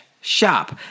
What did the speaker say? shop